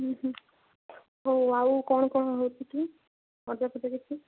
ହୁଁ ହୁଁ ହଉ ଆଉ କ'ଣ କ'ଣ ହେଉଛି କି ମଦ ଫଦ କିଛି